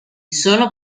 sono